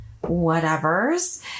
whatever's